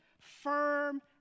Firm